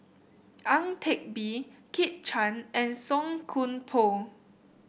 Ang Teck Bee Kit Chan and Song Koon Poh